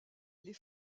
les